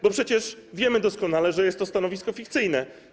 Bo przecież wiemy doskonale, że jest to stanowisko fikcyjne.